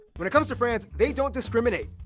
when it comes to france, they don't discriminate.